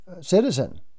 citizen